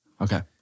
Okay